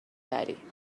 بری